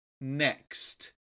Next